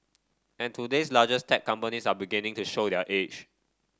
and today's largest tech companies are beginning to show their age